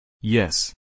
Yes